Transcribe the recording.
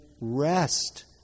rest